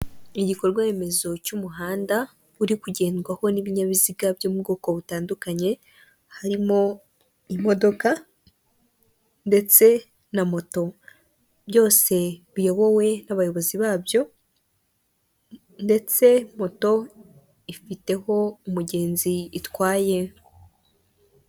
Igikorwa remezo cy'umuhanda uri kugendwaho n'ibinyabiziga byo mu bwoko butandukanye, harimo imodoka ndetse na moto, byose biyobowe n'abayobozi babyo ndetse moto ifiteho umugenzi itwaye.